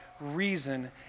reason